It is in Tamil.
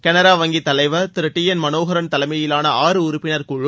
கனரா வங்கி தலைவர் திரு டி என் மனோகரன் தலைமயிலாள ஆறு உறுப்பினர் குழு